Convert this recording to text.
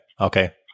Okay